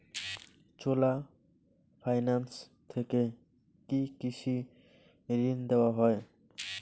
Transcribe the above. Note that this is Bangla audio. চোলা ফাইন্যান্স থেকে কি কৃষি ঋণ দেওয়া হয়?